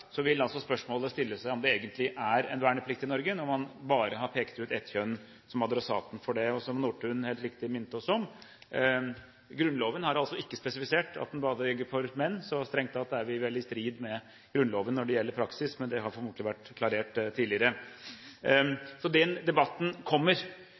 vil spørsmålet stilles om det egentlig er en verneplikt i Norge når man bare har pekt ut ett kjønn som adressaten for det. Og som Nordtun helt riktig minte oss om: Grunnloven har ikke spesifisert at verneplikten bare gjelder for menn, så strengt tatt er vi vel i strid med Grunnloven når det gjelder praksis, men det har formodentlig vært klarert tidligere. Den debatten kommer.